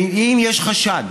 אם יש חשד